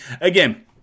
again